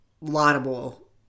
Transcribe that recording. laudable